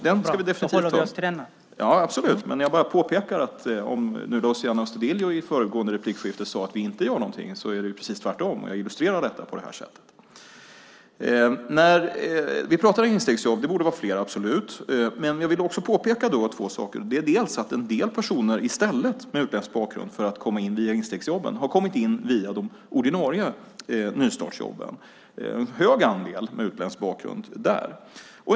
Den kan vi definitivt ta sedan, men jag vill bara påpeka att Luciano Astudillo i föregående inlägg sade att vi inte gör någonting. Det är precis tvärtom, och jag illustrerar det på det här sättet. Vi pratar om instegsjobb - de borde absolut vara fler. Men jag vill påpeka två saker. En del personer med utländsk bakgrund har i stället för via instegsjobben kommit in via de ordinarie nystartsjobben. En stor andel med utländsk bakgrund finns där.